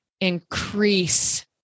increase